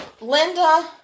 Linda